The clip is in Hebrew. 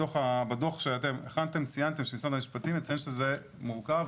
בדוח שאתם הכנתם ציינתם שמשרד המשפטים מציין שזה מורכב,